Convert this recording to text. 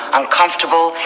uncomfortable